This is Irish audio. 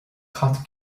cat